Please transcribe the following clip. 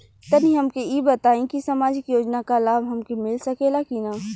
तनि हमके इ बताईं की सामाजिक योजना क लाभ हमके मिल सकेला की ना?